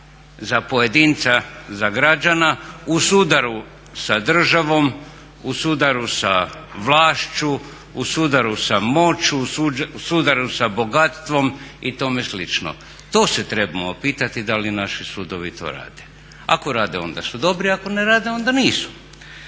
za pojedinca, za građana u sudaru sa državom, u sudarom sa vlašću, u sudaru sa moću, u sudaru sa bogatstvom i tome slično. To se trebamo pitati da li naši sudovi to rade. Ako rade onda su dobri, ako ne rade onda nisu.